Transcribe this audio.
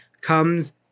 comes